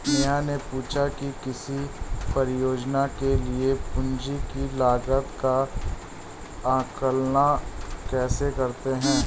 नेहा ने पूछा कि किसी परियोजना के लिए पूंजी की लागत का आंकलन कैसे करते हैं?